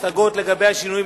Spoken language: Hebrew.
השגות לגבי השינויים,